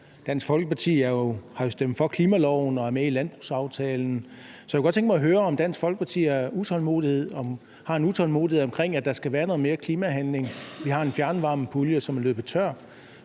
Dansk Folkeparti har jo stemt for klimaloven og er med i landbrugsaftalen, så jeg kunne godt tænke mig at høre, om Dansk Folkeparti har en utålmodighed omkring, at der skal være noget mere klimahandling. Vi har en fjernvarmepulje, som er løbet tør;